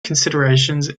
considerations